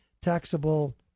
taxable